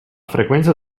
frequenza